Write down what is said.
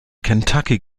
kentucky